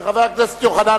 התש"ע 2010,